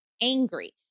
angry